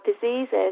diseases